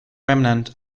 remnant